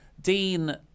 Dean